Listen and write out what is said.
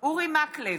אורי מקלב,